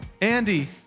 Andy